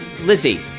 Lizzie